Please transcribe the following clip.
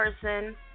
person